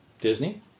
Disney